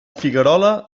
figuerola